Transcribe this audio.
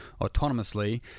autonomously